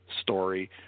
story